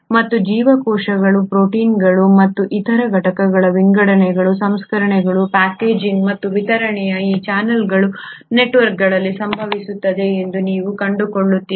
ಮತ್ತು ಜೀವಕೋಶಗಳ ಪ್ರೋಟೀನ್ಗಳು ಮತ್ತು ಇತರ ಘಟಕಗಳ ವಿಂಗಡಣೆ ಸಂಸ್ಕರಣೆ ಪ್ಯಾಕೇಜಿಂಗ್ ಮತ್ತು ವಿತರಣೆಯು ಈ ಚಾನಲ್ಗಳ ನೆಟ್ವರ್ಕ್ಗಳಲ್ಲಿ ಸಂಭವಿಸುತ್ತದೆ ಎಂದು ನೀವು ಕಂಡುಕೊಳ್ಳುತ್ತೀರಿ